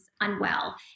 unwell